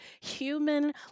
human